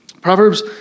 Proverbs